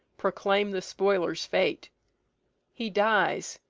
proclaim the spoiler's fate he dies,